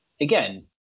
again